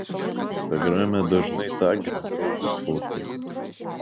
instagrame dažnai taginu draugus fotkėse